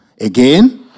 Again